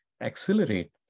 accelerate